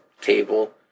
table